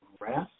rest